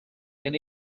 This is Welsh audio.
gen